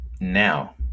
now